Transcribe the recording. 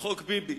חוק ביבי.